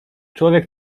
człowiek